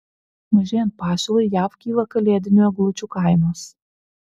mažėjant pasiūlai jav kyla kalėdinių eglučių kainos